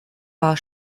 war